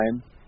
time